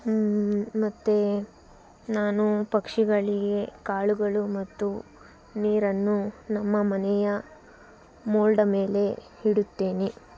ಮತ್ತೆ ನಾನು ಪಕ್ಷಿಗಳಿಗೆ ಕಾಳುಗಳು ಮತ್ತು ನೀರನ್ನು ನಮ್ಮ ಮನೆಯ ಮೋಲ್ಡ ಮೇಲೆ ಇಡುತ್ತೇನೆ